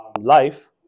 life